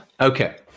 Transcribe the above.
Okay